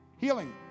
Healing